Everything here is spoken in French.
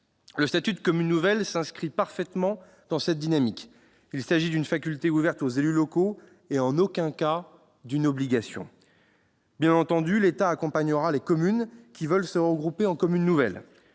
Le statut de commune nouvelle s'inscrit parfaitement dans cette dynamique. Créer une commune nouvelle est une faculté ouverte aux élus locaux, en aucun cas une obligation. Bien entendu, l'État accompagnera les communes qui veulent se regrouper en commune nouvelle.